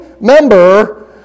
member